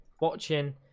watching